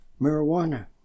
marijuana